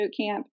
bootcamp